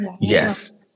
Yes